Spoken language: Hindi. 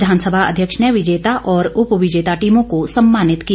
विधानसभा अध्यक्ष ने विजेता और उप विजेता टीमों को सम्मानित किया